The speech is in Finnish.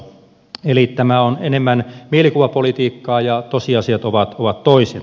eli tämä on enemmän mielikuvapolitiikkaa ja tosiasiat ovat toisin